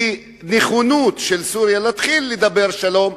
נכונות של סוריה להתחיל לדבר שלום,